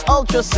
Ultra